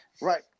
Right